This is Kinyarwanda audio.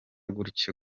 gutyo